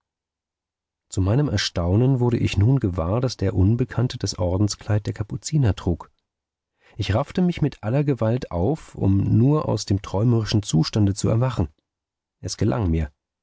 zu meinem erstaunen wurde ich nun gewahr daß der unbekannte das ordenskleid der kapuziner trug ich raffte mich mit aller gewalt auf um nur aus dem träumerischen zustande zu erwachen es gelang mir